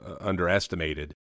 underestimated